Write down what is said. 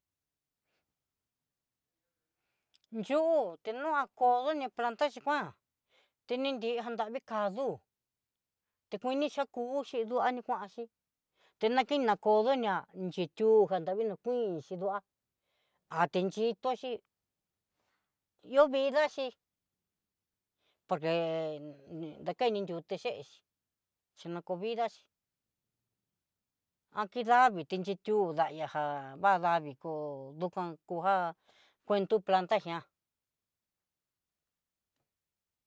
Yu'u tinua koo doni palnta xhi koan, teni nri janravi kadú tikunixia, ku'u xhi diani kuanxhí, tenatina koo donia xhitu janravii no kuin chiduá, aten xhitonxhi ihó vidna xhi por que, dakendi yutichechi xhino ko vida xhi, nakidavii tinichiu daña já va'a davii koo dojan cuentp planta ñá.